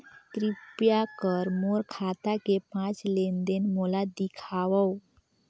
कृपया कर मोर खाता के पांच लेन देन मोला दिखावव